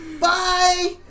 Bye